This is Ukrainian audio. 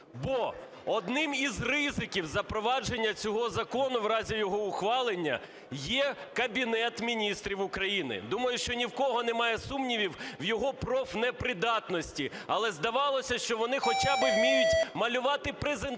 Бо одним із ризиків запровадження цього закону в разі його ухвалення є Кабінет Міністрів України. Думаю, що ні в кого немає сумнівів в його профнепридатності. Але здавалося, що вони хоча би вміють малювати презентації